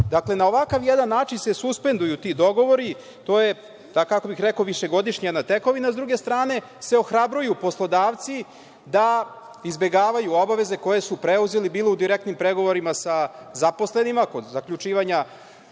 Dakle, na ovakav jedan način se suspenduju ti dogovori. To je, kako bih rekao višegodišnja jedna tekovina, a sa druge strane se ohrabruju poslodavci da izbegavaju obaveze koje su preuzeli bilo u direktnim pregovorima sa zaposlenima kod zaključivanja